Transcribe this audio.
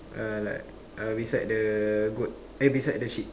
uh like uh beside the goat eh beside the sheep